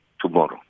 tomorrow